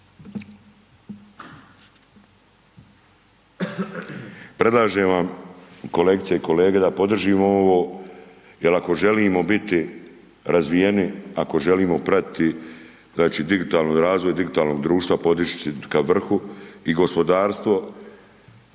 Predlažem vam kolegice i kolege da podržimo ovo jer ako želimo biti razvijeni, ako želimo pratiti znači digitalni razvoj digitalnog društva podiči ka vrhu i gospodarstvo,